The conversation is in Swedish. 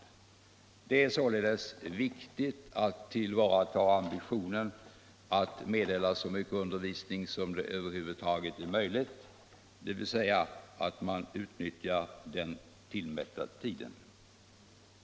Det är sålunda viktigt att tillvarata ambitionen att meddela så mycket undervisning som över huvud taget är möjligt, dvs. att man utnyttjar den tillmätta tiden.